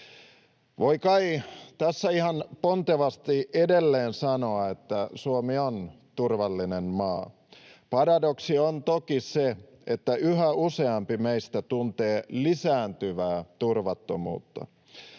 Voi kai tässä ihan pontevasti edelleen sanoa, että Suomi on turvallinen maa. Paradoksi on toki se, että yhä useampi meistä tuntee lisääntyvää turvattomuutta.